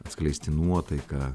atskleisti nuotaiką